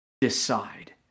decide